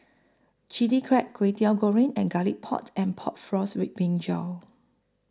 Chili Crab Kwetiau Goreng and Garlic Port and Pork Floss with Brinjal